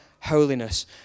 holiness